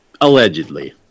allegedly